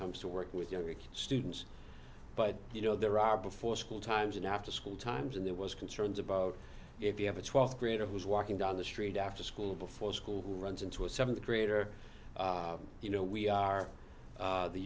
comes to work with their rich students but you know there are before school times and after school times and there was concerns about if you have a twelfth grader who is walking down the street after school before school runs into a seventh grader you know we are